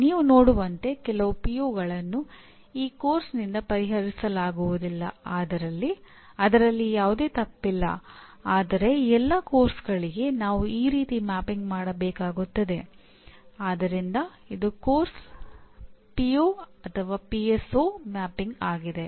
ನೀವು ಎಲ್ಲಾ ಪಿಒಗಳು ಮ್ಯಾಪಿಂಗ್ ಆಗಿದೆ